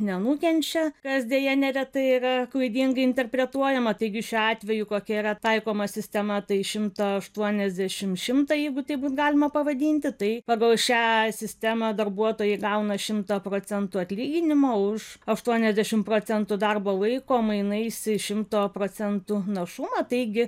nenukenčia kas deja neretai yra klaidingai interpretuojama taigi šiuo atveju kokia yra taikoma sistema tai šimto aštuonesdiašim šimtą jeigu taip bus galima pavadinti tai pagal šią sistemą darbuotojai gauna šimtą procentų atlyginimo už aštuoniasdešim procentų darbo laiko mainais į šimto procentų našumą taigi